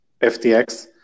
FTX